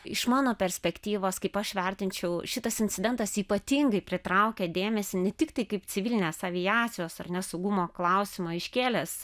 iš mano perspektyvos kaip aš vertinčiau šitas incidentas ypatingai pritraukia dėmesį ne tik tai kaip civilinės aviacijos ar ne saugumo klausimą iškėlęs